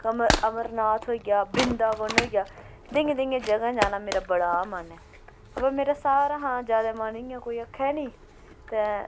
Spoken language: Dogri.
अमर अमरनाथ होई गेआ ब्रिंदावन होई गेआ जेहियां जेहियां जगह् जाना मेरा बड़ा मन ऐ अवा मेरा सारें हा ज्यादा मन इ'यां कोई आक्खै नी ते